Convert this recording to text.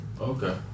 Okay